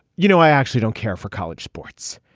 you know, i actually don't care for college sports.